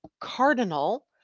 cardinal